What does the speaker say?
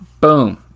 boom